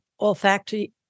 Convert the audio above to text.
olfactory